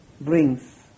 brings